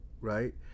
right